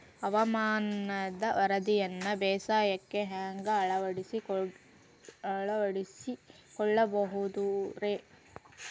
ಹವಾಮಾನದ ವರದಿಯನ್ನ ಬೇಸಾಯಕ್ಕ ಹ್ಯಾಂಗ ಅಳವಡಿಸಿಕೊಳ್ಳಬಹುದು ರೇ?